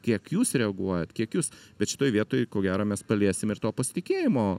kiek jūs reaguojat kiek jūs bet šitoj vietoj ko gero mes paliesim ir to pasitikėjimo